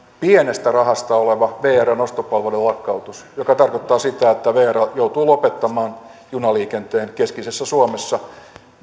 pienestä rahasta vrn ostopalveluiden lakkautus joka tarkoittaa sitä että vr joutuu lopettamaan junaliikenteen keskisessä suomessa